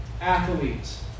athletes